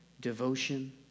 devotion